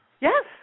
Yes